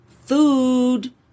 food